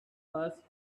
first